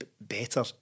Better